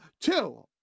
two